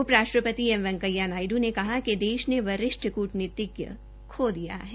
उप राश्ट्रपति एम वैकेंया नायडू ने कहा देश ने वरिष्ठ क्टनीतिक खो दिया है